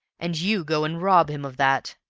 and you go and rob him of that!